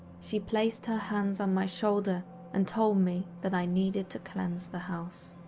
she placed her hands on my shoulder and told me that i needed to cleanse the house.